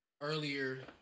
earlier